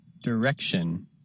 Direction